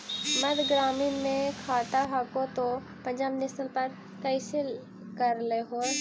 मध्य ग्रामीण मे खाता हको तौ पंजाब नेशनल पर कैसे करैलहो हे?